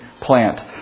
plant